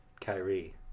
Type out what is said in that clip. Kyrie